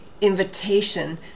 invitation